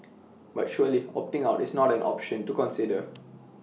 but surely opting out is not an option to consider